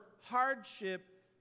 hardship